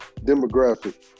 demographic